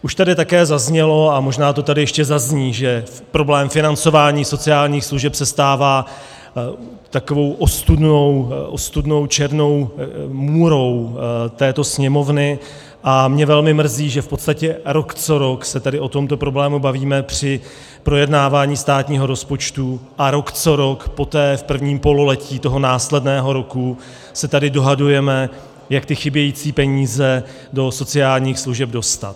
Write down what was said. Už tady také zaznělo a možná to tady ještě zazní, že problém financování sociálních služeb se stává takovou ostudnou černou můrou této Sněmovny, a mě velmi mrzí, že v podstatě rok co rok se tady o tomto problému bavíme při projednávání státního rozpočtu a rok co rok poté v prvním pololetí následného roku se tady dohadujeme, jak ty chybějící peníze do sociálních služeb dostat.